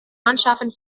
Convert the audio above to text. mannschaften